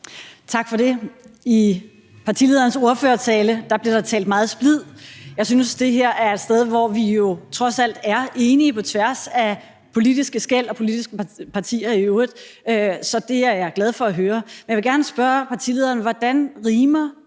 Tak for det. I partilederens tale blev der talt meget om splid. Jeg synes, det her er et sted, hvor vi jo trods alt er enige på tværs af politiske skel og politiske partier i øvrigt, så det er jeg glad for at høre. Men jeg vil gerne spørge partilederen, hvordan det,